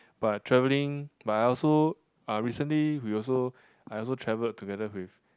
but travelling but I also ah recently we also I also travelled together with